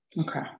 Okay